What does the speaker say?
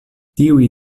tiuj